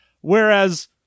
Whereas